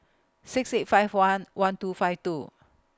six eight five one one two five two